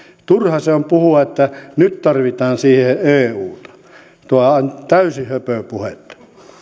turha se on puhua että nyt tarvitaan siihen euta tuo on täysin höpöpuhetta